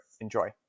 Enjoy